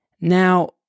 Now